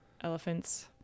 Elephants